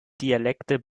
dialekte